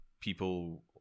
people